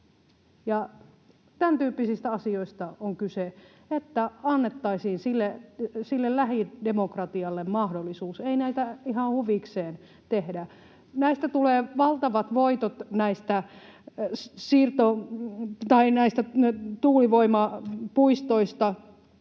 Tämäntyyppisistä asioista on kyse, että annettaisiin sille lähidemokratialle mahdollisuus. Ei näitä ihan huvikseen tehdä. Näistä tuulivoimapuistoista